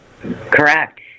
Correct